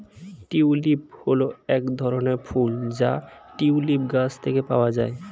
tulip হল এক ধরনের ফুল যা টিউলিপ গাছ থেকে পাওয়া যায়